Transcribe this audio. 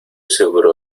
seguro